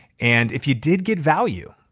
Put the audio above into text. and if you did get value,